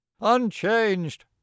Unchanged